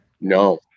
No